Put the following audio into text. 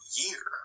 year